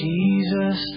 Jesus